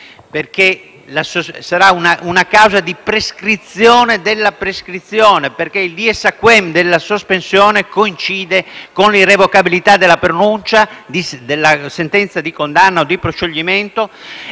che sarà una causa di prescrizione della prescrizione perché il *dies ad quem* della sospensione coincide con l'irrevocabilità della pronuncia della sentenza di condanna o di proscioglimento